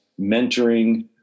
mentoring